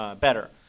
better